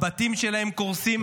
הבתים שלהם קורסים.